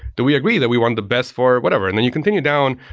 do we agree that we want the best for whatever? and then you continue down.